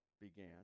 began